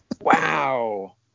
Wow